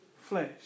flesh